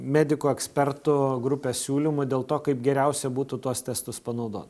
medikų ekspertų grupės siūlymu dėl to kaip geriausia būtų tuos testus panaudot